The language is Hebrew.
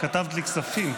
התשפ"ב 2021,